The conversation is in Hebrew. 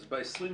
אז ב-26